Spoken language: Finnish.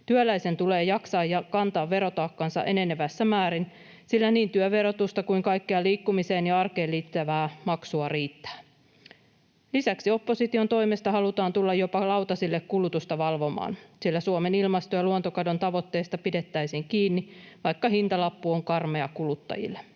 Työläisen tulee jaksaa ja kantaa verotaakkansa enenevässä määrin, sillä niin työn verotusta kuin kaikkea liikkumiseen ja arkeen liittyvää maksua riittää. Lisäksi opposition toimesta halutaan tulla jopa lautasille kulutusta valvomaan, sillä Suomen ilmasto‑ ja luontokadon tavoitteista pidettäisiin kiinni, vaikka hintalappu on karmea kuluttajille.